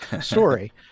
story